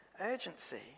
urgency